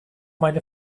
meine